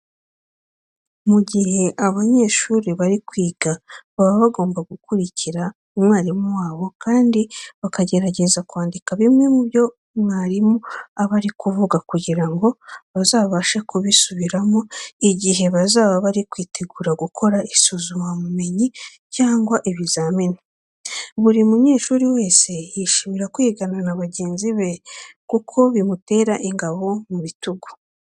Mu gihe abanyeshuri bari kwiga baba bagomba gukurikira umwarimu wabo kandi bakagerageza kwandika bimwe mu byo mwarimu aba ari kuvuga kugira ngo bazabashe kubisubiramo igihe bazaba bari kwitegura gukora isuzumabumenyi cyangwa ibizamini. Buri munyeshuri wese yishimira kwigana na bagenzi be kuko bamutera ingabo mu bitugu.